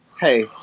Hey